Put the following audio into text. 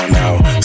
now